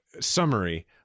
summary